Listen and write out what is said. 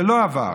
זה לא עבר.